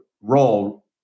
role